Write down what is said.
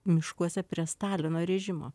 miškuose prie stalino režimo